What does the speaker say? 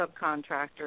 subcontractor